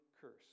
curse